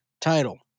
Title